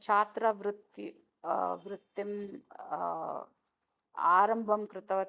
छात्रवृत्तिं वृत्तिं आरम्भं कृतवती